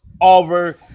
over